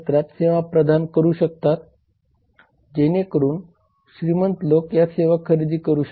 मला आशा आहे की हा व्हिडिओ तुम्हाला मदत करेल